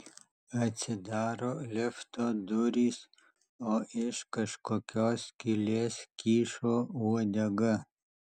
atsidaro lifto durys o iš kažkokios skylės kyšo uodega